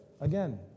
Again